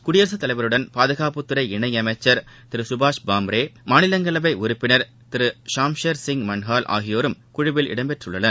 குடியரசுத்தலைவருடன் பாதுகாப்புத்துறை இணையமைச்சர் திருசுபாஷ் பாம்ரே மாநிலங்களவைஉறுப்பினர் திரு ஷாம்ஷெள் சிங் மன்ஹாஸ் ஆகியோரும் குழுவில் இடம்பெற்றுசென்றுள்ளனர்